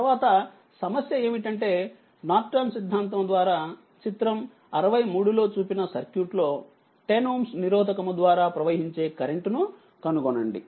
తర్వాత సమస్య ఏమిటంటే నార్టన్ సిద్ధాంతం ద్వారాచిత్రం 63లో చూపిన సర్క్యూట్ లో 10 Ω నిరోధకము ద్వారా ప్రవహించే కరెంట్ ను కనుగొనండి